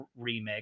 remix